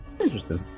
interesting